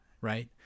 right